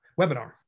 webinar